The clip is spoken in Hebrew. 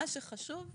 מה שחשוב זה